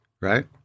right